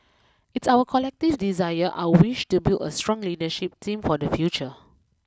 it's our collective desire our wish to build a strong leadership team for the future